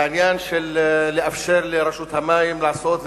בעניין של לאפשר לרשות המים לעשות,